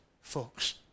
folks